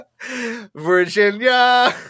Virginia